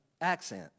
accent